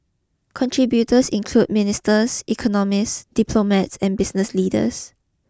contributors include ministers economists diplomats and business leaders